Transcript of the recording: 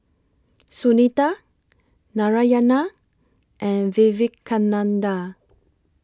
Sunita Narayana and Vivekananda